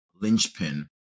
linchpin